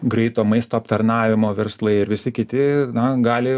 greito maisto aptarnavimo verslai ir visi kiti na gali